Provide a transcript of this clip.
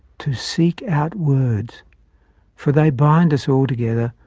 to seek out words for they bind us all together,